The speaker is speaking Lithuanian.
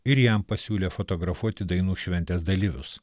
ir jam pasiūlė fotografuoti dainų šventės dalyvius